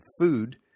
food